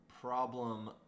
problem